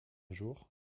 jour